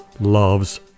loves